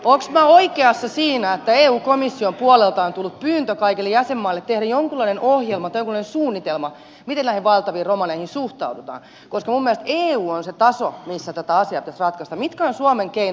olenko minä oikeassa siinä että eu komission puolelta on tullut pyyntö kaikille jäsenmaille tehdä jonkunlainen ohjelma tai jonkunlainen suunnitelma miten näihin valtaviin määriin romaneja suhtaudutaan koska minun mielestäni eu on se taso missä tätä asiaa pitäisi ratkaista